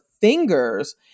fingers